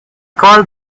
called